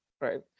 Right